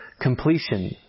completion